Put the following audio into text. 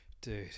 Dude